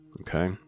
Okay